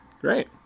Great